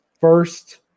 first